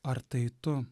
ar tai tu